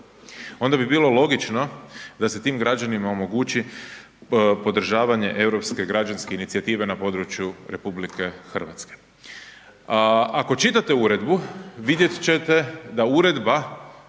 onda bi bilo logično da se tim građanima omogući podržavanje europske građanske inicijative na području RH. Ako čitate uredbu, vidjet ćete da uredba